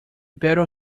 battle